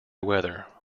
weather